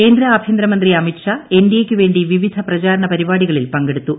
കേന്ദ്ര ആഭ്യന്തരമന്ത്രി അമിത് ഷാ എൻഡിഎയ്ക്ക് വേണ്ടി വിവിധ പ്രചാരണ പരിപാടികളിൽ പങ്കെടുത്തു